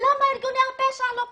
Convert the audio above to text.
למה ארגוני הפשע לא פוחדים.